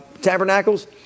Tabernacles